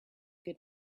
good